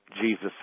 Jesus